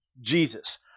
Jesus